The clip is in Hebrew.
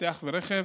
(מאבטח ורכב),